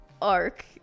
Arc